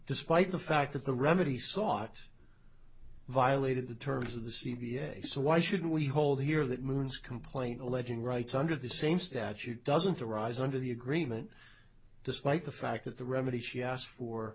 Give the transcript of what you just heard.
despite the fact that the remedy sought violated the terms of the c v s so why should we hold here that moon's complaint alleging rights under the same statute doesn't arise under the agreement despite the fact that the remedy she asked for